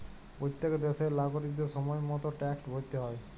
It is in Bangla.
প্যত্তেক দ্যাশের লাগরিকদের সময় মত ট্যাক্সট ভ্যরতে হ্যয়